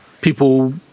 people